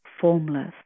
formless